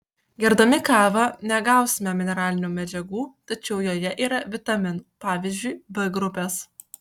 gerdami kavą negausime mineralinių medžiagų tačiau joje yra vitaminų pavyzdžiui b grupės